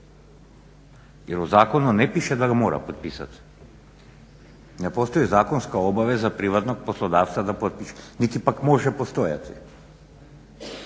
jer u zakonu ne piše da ga mora potpisat, ne postoji zakonska obaveza privatnog poslodavca da potpiše, niti pak može postojati.